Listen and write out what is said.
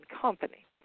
Company